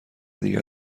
دیگر